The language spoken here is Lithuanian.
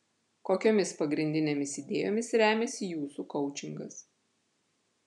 kokiomis pagrindinėmis idėjomis remiasi jūsų koučingas